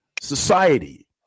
society